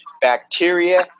bacteria